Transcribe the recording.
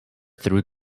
through